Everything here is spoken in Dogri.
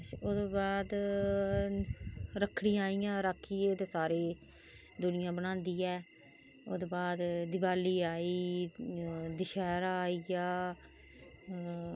अच्छा ओहदे बाद रक्खड़ी आई गेइयां राखी आक्खदे सारे दुनियां बनादी ऐ ओहदे बाद दिपाली आई फ्ही दशहरा आई गेआ